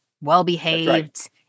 well-behaved